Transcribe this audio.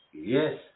Yes